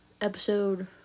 episode